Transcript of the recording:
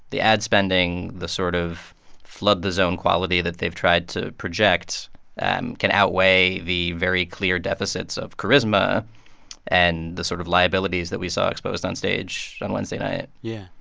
the ad spending, the sort of flood-the-zone quality that they've tried to project and can outweigh the very clear deficits of charisma and the sort of liabilities that we saw exposed onstage on wednesday night yeah.